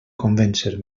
convèncer